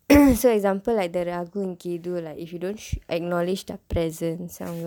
so example like the ராகு:raaku and Ketu like if you don't sh~ acknowledge their presence அவங்கள்:avangaal